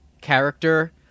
character